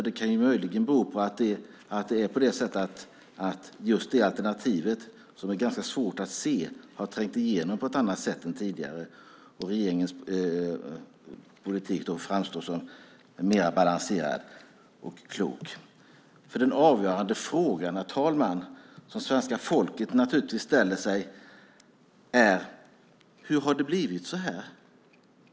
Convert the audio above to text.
Det kan möjligen bero på att just det alternativet, som är ganska svårt att se, har trängt igenom på ett annat sätt än tidigare och att regeringens politik framstår som mer balanserad och klok. Den avgörande frågan, herr talman, som svenska folket naturligtvis ställer sig är: Hur har det blivit så här?